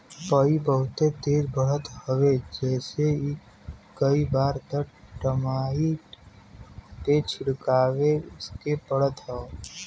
पई बहुते तेज बढ़त हवे जेसे कई बार त टर्माइट के छिड़कवावे के पड़त हौ